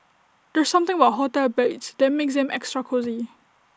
there's something about hotel beds that makes them extra cosy